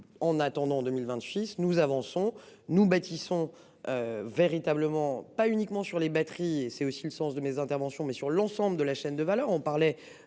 En attendant 2026, nous avançons, nous bâtissons. Véritablement, pas uniquement sur les batteries et c'est aussi le sens de mes interventions, mais sur l'ensemble de la chaîne de valeur,